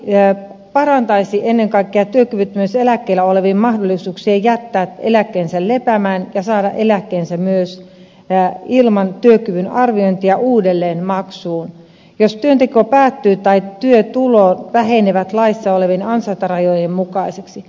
laki parantaisi ennen kaikkea työkyvyttömyyseläkkeellä olevien mahdollisuuksia jättää eläkkeensä lepäämään ja saada eläkkeensä myös ilman työkyvyn arviointia uudelleen maksuun jos työnteko päättyy tai työtulot vähenevät laissa olevien ansaintarajojen mukaiseksi